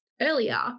earlier